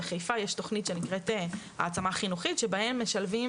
בחיפה יש תכנית שנקראת "העצמה חינוכית" שבה משלבים